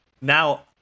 Now